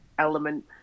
element